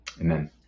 Amen